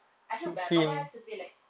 I feel bad bapa have to pay like